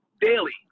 daily